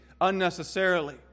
unnecessarily